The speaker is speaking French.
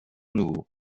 nouveau